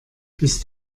bist